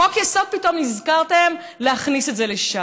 בחוק-יסוד פתאום נזכרתם להכניס את זה לשם.